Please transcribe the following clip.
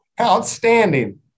Outstanding